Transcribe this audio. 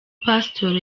pastor